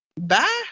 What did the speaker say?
Bye